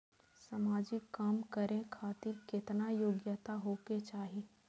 समाजिक काम करें खातिर केतना योग्यता होके चाही?